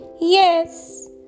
yes